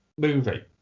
movie